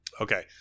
Okay